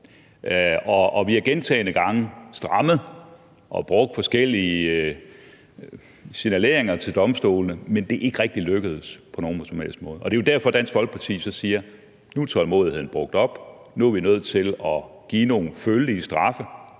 Og vi har gentagne gange strammet op og brugt forskellige former for signaler over for domstolene, men det er ikke rigtig lykkedes på nogen som helst måde. Det er jo derfor, Dansk Folkeparti så siger: Nu er tålmodigheden brugt op; nu er vi nødt til at give nogle følelige straffe